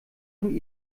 von